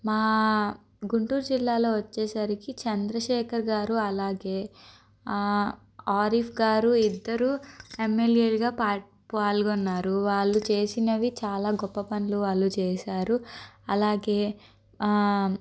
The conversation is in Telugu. మా గుంటూరు జిల్లాలో వచ్చేసరికి చంద్రశేఖర్ గారు అలాగే ఆరిఫ్ గారు ఇద్దరు ఎమ్మెల్యేలుగా పాల్ పాల్గొన్నారు వాళ్ళు చేసినవి చాలా గొప్ప పనులు వాళ్ళు చేసారు అలాగే